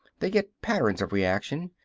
they get patterns of reaction.